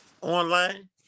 online